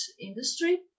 industry